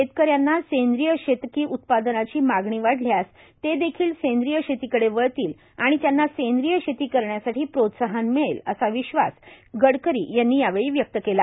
शेतकऱ्यांना सेंद्रीय शेतकी उत्पादनाची मागणी वाढल्यास ते देखील सेंद्रीय शेतीकडे वळतील आणि त्यांना सेंद्रीय शेती करण्यासाठी प्रोत्साहन मिळेल असा विश्वास गडकरी यांनी यावेळी व्यक्त केला